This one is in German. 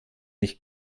nicht